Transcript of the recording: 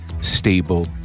stable